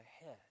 ahead